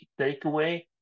takeaway